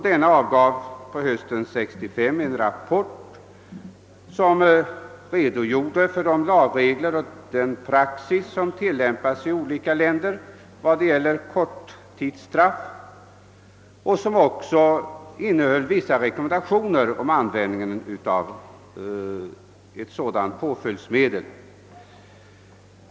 Denna avgav på hösten 19653 en rapport som redogjorde för de lagregler och den praxis som tilllämpats i olika länder vad gäller korttidsstraff och som även innehöll vissa rekommendationer om användningen av ett sådant påföljdsmedel.